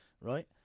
Right